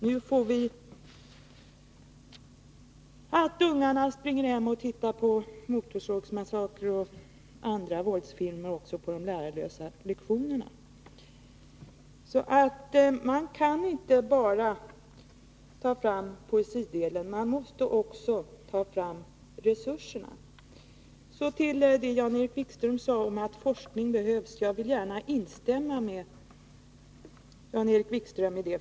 Nu blir det så att ungarna springer hem och tittar på Motorsågsmassakern och andra våldsfilmer också under de lärarlösa lektionerna. Man kan inte bara ta fram poesidelen, man måste också ta fram resurserna. I det som Jan-Erik Wikström sade, att forskning behövs, vill jag gärna instämma.